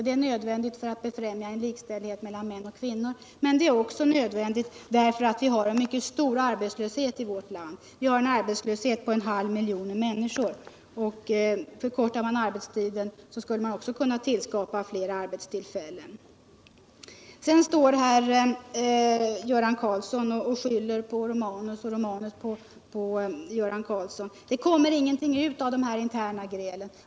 Det är nödvändigt för att befrämja likställigheten mellan män och kvinnor, men det är också nödvändigt därför att vi har en mycket stor arbetslöshet i vårt land, en halv miljon människor. Förkortar man arbetstiden, kan man också skapa flera arbetstillfällen. Göran Karlsson står här och skyller på Gabriel Romanus och tvärtom. Men det kommer ingenting ut av de här interna grälen.